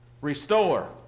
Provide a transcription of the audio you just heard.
Restore